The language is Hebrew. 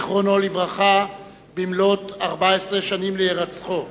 זיכרונו לברכה, במלאות 14 שנים להירצחו.